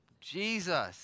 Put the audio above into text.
Jesus